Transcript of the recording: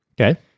Okay